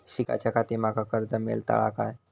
शिकाच्याखाती माका कर्ज मेलतळा काय?